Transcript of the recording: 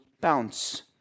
bounce